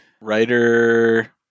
Writer